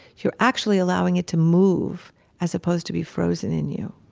you're actually allowing it to move as opposed to be frozen in you,